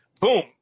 Boom